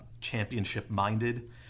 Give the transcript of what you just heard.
championship-minded